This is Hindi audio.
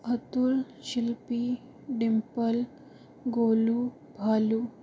अतुल शिलपी डिम्पल गोलू भालू